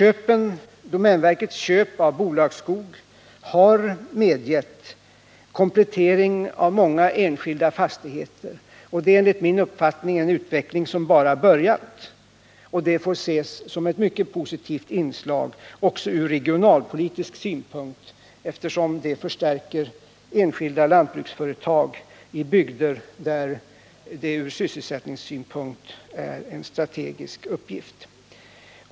Domänverkets köp av bolagsskog har medgett komplettering av många enskilda fastigheter. Det är enligt min uppfattning en utveckling som bara har börjat, och dessa kompletteringar får ses som ett mycket positivt inslag också ur regionalpolitisk synpunkt, eftersom de förstärker enskilda lantbruksföretag i bygder där det ur sysselsättningssynpunkt är en strategisk uppgift att åstadkomma sådana förstärkningar.